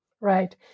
Right